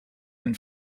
and